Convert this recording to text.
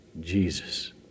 Jesus